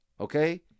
okay